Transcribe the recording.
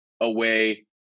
away